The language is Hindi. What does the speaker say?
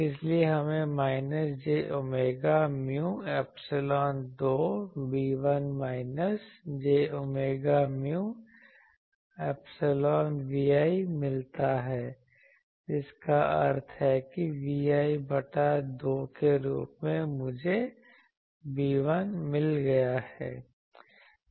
इसलिए हमें minus j omega mu epsilon 2 B1 minus j omega mu epsilon Vi मिलता है जिसका अर्थ है कि Vi बटा 2 के रूप में मुझे B1 मिल गया है